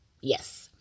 Yes